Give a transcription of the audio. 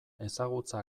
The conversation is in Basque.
ezagutza